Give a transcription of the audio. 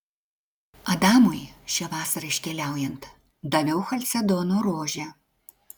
adamui šią vasarą iškeliaujant daviau chalcedono rožę